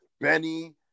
Benny